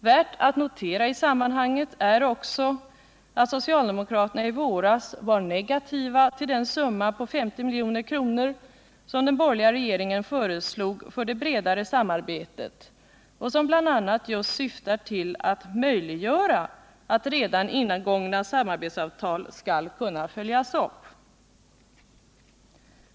Värt att notera i sammanhanget är också att socialdemokraterna i våras var negativa till den summa på 50 milj.kr. som den borgerliga regeringen föreslog för det bredare samarbetet och som bl.a. just syftar till att möjliggöra att redan ingångna samarbetsavtal skall kunna följas upp.